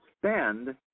spend